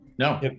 No